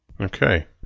Okay